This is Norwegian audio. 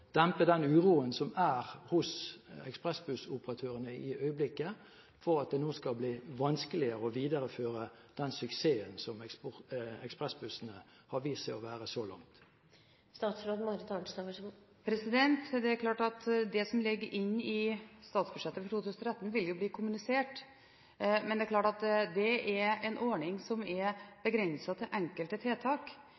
dempe den uroen som er hos ekspressbussoperatørene i øyeblikket, for at det nå skal bli vanskeligere å videreføre den suksessen som ekspressbussene har vist seg å være så langt? Det er klart at det som ligger inne i statsbudsjettet for 2013, vil jo bli kommunisert. Men det er en ordning som er begrenset til enkelte tiltak. I utgangspunktet er